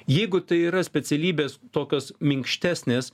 jeigu tai yra specialybės tokios minkštesnės